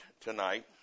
tonight